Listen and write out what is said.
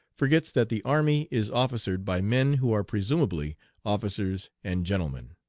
forgets that the army is officered by men who are presumably officers and gentlemen.